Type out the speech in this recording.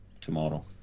tomorrow